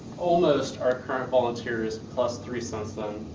almost our current volunteers, plus three since then.